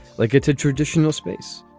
like it's a traditional space